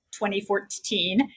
2014